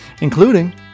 including